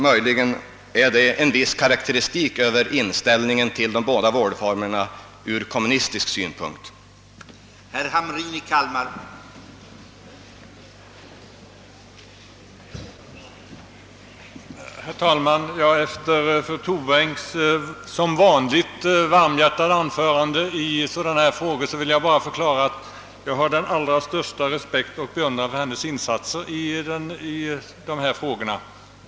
Möjligen ger det en viss karakteristik av inställningen till de båda vårdformerna ur kommunistisk synpunkt, då den kollektiva naturligtvis måste få förord.